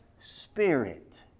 Spirit